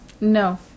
No